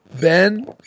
Ben